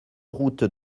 route